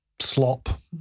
slop